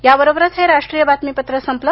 याबरोबरच हे राष्ट्रीय बातमीपत्र संपलं